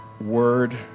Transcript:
word